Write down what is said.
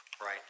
Right